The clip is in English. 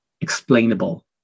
explainable